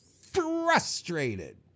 Frustrated